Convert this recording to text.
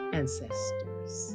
ancestors